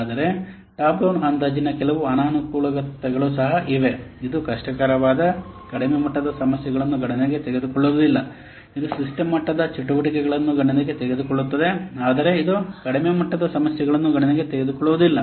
ಆದರೆ top down ಅಂದಾಜಿನ ಕೆಲವು ಅನಾನುಕೂಲಗಳು ಸಹ ಇವೆ ಇದು ಕಷ್ಟಕರವಾದ ಕಡಿಮೆ ಮಟ್ಟದ ಸಮಸ್ಯೆಗಳನ್ನು ಗಣನೆಗೆ ತೆಗೆದುಕೊಳ್ಳುವುದಿಲ್ಲ ಇದು ಸಿಸ್ಟಮ್ ಮಟ್ಟದ ಚಟುವಟಿಕೆಗಳನ್ನು ಗಣನೆಗೆ ತೆಗೆದುಕೊಳ್ಳುತ್ತದೆ ಆದರೆ ಇದು ಕಡಿಮೆ ಮಟ್ಟದ ಸಮಸ್ಯೆಗಳನ್ನು ಗಣನೆಗೆ ತೆಗೆದುಕೊಳ್ಳುವುದಿಲ್ಲ